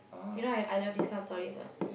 you know I I love these kind of stories what